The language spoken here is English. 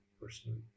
personally